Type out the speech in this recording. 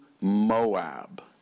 Moab